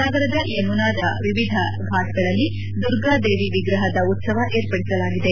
ನಗರದ ಯಮುನಾದ ವಿವಿಧ ಫಾಟ್ಗಳಲ್ಲಿ ದುರ್ಗಾ ದೇವಿ ವಿಗ್ರಹದ ಉತ್ತವ ಏರ್ಪಡಿಸಲಾಗಿದೆ